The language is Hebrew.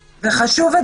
חשוב,